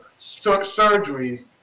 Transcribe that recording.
surgeries